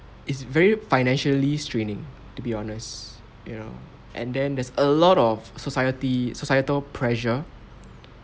it's very financially straining to be honest you know and then there's a lot of society societal pressure